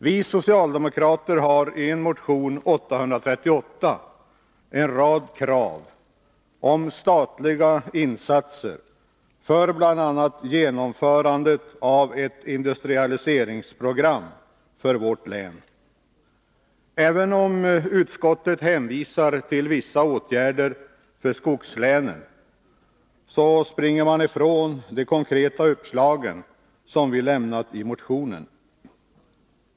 Vi socialdemokrater har i motion 838 en rad krav på statliga insatser för bl.a. genomförandet av ett industrialiseringsprogram för vårt län. Även om utskottet hänvisar till vissa åtgärder för skogslänen, springer man ifrån de konkreta uppslagen som vi har lämnat i motionen.